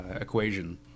equation